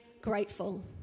grateful